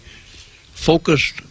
focused